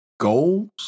goals